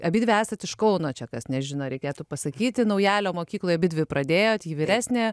abidvi esat iš kauno čia kas nežino reikėtų pasakyti naujalio mokykloj abidvi pradėjot ji vyresnė